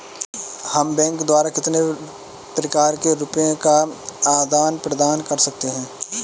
हम बैंक द्वारा कितने प्रकार से रुपये का आदान प्रदान कर सकते हैं?